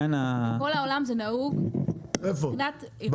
בכל העולם נהוג שהסכם קיבוצי חל על זרים.